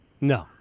No